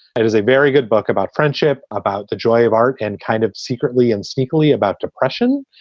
it is a very good book about friendship, about the joy of art and kind of secretly and sneakily about depression.